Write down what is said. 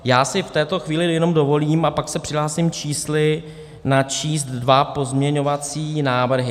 Já si v této chvíli jenom dovolím, a pak se přihlásím s čísly, načíst dva pozměňovací návrhy.